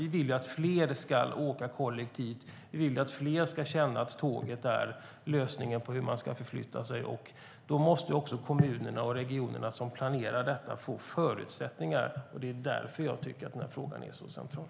Vi vill ju att fler ska åka kollektivt. Vi vill ju att fler ska känna att tåget är lösningen på hur man ska förflytta sig. Då måste också kommunerna och regionerna som planerar detta få förutsättningar. Det är därför jag tycker att den här frågan är så central.